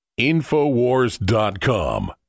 Infowars.com